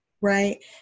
right